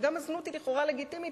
וגם הזנות היא לכאורה לגיטימית,